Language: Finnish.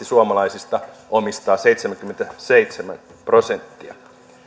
suomalaisista omistaa seitsemänkymmentäseitsemän prosenttia